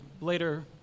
later